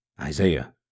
Isaiah